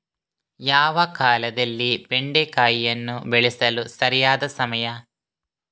ಯಾವ ಕಾಲದಲ್ಲಿ ಬೆಂಡೆಕಾಯಿಯನ್ನು ಬೆಳೆಸಲು ಸರಿಯಾದ ಸಮಯ?